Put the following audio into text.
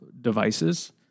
devices